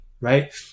right